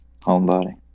Homebody